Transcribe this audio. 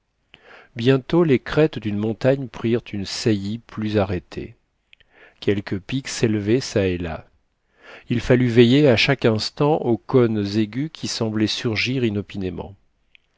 bientôt les crêtes d'une montagne prirent une taille plus arrêtée quelques pics s'élevaient ça et là il fallut veiller à chaque instant aux cônes aigus qui semblaient surgir